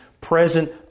present